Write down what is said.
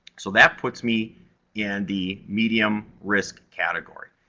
so, that puts me in the medium risk category.